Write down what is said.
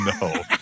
no